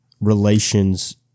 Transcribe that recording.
relations